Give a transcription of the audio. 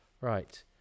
Right